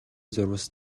зурвас